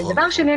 דבר שני,